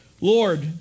Lord